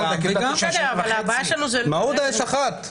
מעודה קיבלה 9.5. מעודה יש אחת,